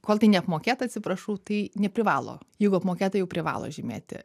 kol tai neapmokėta atsiprašau tai neprivalo jeigu apmokėta jau privalo žymėti